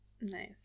Nice